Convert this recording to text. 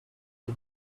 did